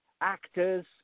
actors